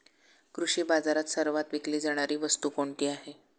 कृषी बाजारात सर्वात विकली जाणारी वस्तू कोणती आहे?